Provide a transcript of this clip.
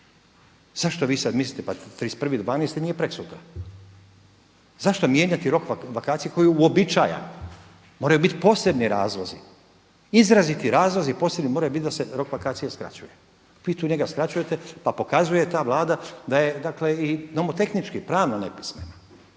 Zašto vi sad mislite pa 31.12. nije preksutra. Zašto mijenjati rok vakacije koji je uobičajen? Moraju biti posebni razlozi, izraziti razlog, posebni moraju biti da se rok vakacije skraćuje. Vi tu njega skraćujete, pa pokazuje ta Vlada da je dakle i nomotehnički, pravno nepismena.